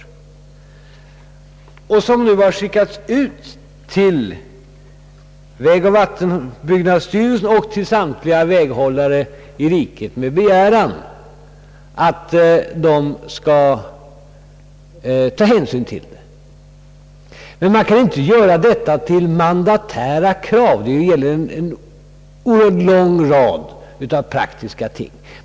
Re kommendationerna har nu skickats ut till vägoch vattenbyggnadsstyrelsen och till samtliga väghållare i riket med begäran att dessa skall ta hänsyn till dem. Men man kan inte göra detta till mandatära krav. Det gäller ju en oerhört lång rad av praktiska ting.